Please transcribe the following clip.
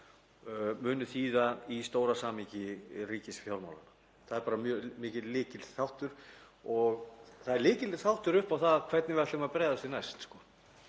munu þýða í stóra samhengi ríkisfjármálanna. Það er mjög mikill lykilþáttur og er lykilþáttur upp á það hvernig við ætlum að bregðast við næst.